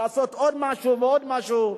לעשות עוד משהו ועוד משהו,